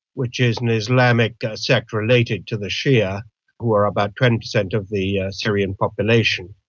which is an islamic sect related to the shia who are about twenty percent of the syrian population.